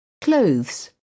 clothes